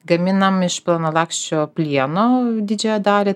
gaminam iš plonalakščio plieno didžiąją dalį